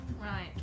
Right